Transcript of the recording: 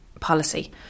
policy